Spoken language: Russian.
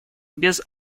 без